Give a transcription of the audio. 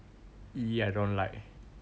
!ee! I dont like